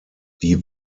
die